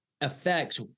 affects